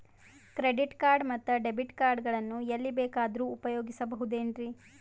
Credit card ಮತ್ತು debit card ಗಳನ್ನು ಎಲ್ಲಿ ಬೇಕಾದ್ರು ಉಪಯೋಗಿಸಬಹುದೇನ್ರಿ?